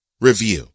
review